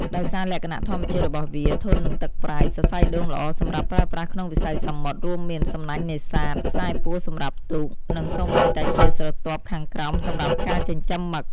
ដោយសារលក្ខណៈធម្មជាតិរបស់វា ធន់នឹងទឹកប្រៃ សរសៃដូងល្អសម្រាប់ប្រើប្រាស់ក្នុងវិស័យសមុទ្រ រួមមាន សំណាញ់នេសាទ ខ្សែពួរសម្រាប់ទូក និងសូម្បីតែជាស្រទាប់ខាងក្រោមសម្រាប់ការចិញ្ចឹមមឹក។